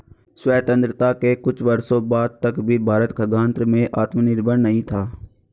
स्वतंत्रता के कुछ वर्षों बाद तक भी भारत खाद्यान्न में आत्मनिर्भर नहीं था